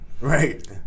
Right